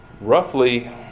roughly